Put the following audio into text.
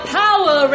power